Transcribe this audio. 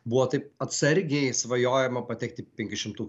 buvo taip atsargiai svajojama patektiį penkiašimtuką